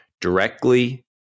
directly